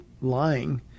lying